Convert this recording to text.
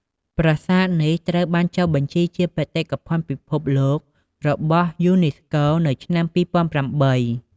ប្រាសាទនេះត្រូវបានចុះបញ្ជីជាបេតិកភណ្ឌពិភពលោករបស់យូណេស្កូ នៅឆ្នាំ ២០០៨។